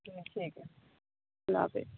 جی ٹھیک ہے اللہ حافظ